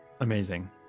Amazing